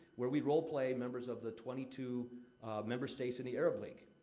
where we role-play members of the twenty two member states in the arabic league.